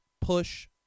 push